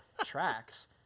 tracks